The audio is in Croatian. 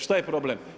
Šta je problem?